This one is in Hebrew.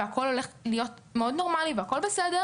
והכול הולך להיות מאוד נורמלי והכול בסדר